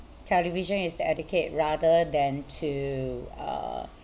television is to educate rather than to uh